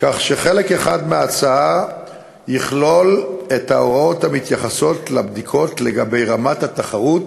כך שחלק אחד מההצעה יכלול את ההוראות המתייחסות לבדיקות לגבי רמת התחרות